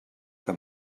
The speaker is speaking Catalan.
que